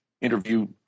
interview